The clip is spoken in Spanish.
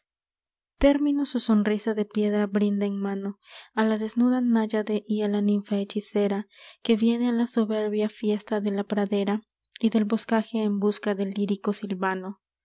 término su sonrisa de piedra brinda en vano a la desnuda náyade y a la ninfa hechicera que viene a la soberbia fiesta de la pradera y del boscaje en busca del lírico sylvano